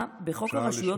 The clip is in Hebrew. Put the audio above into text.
אפשר לשאול